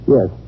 Yes